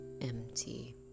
empty